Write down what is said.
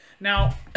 Now